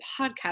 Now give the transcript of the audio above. podcast